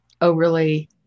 overly